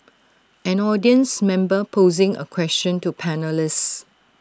an audience member posing A question to panellists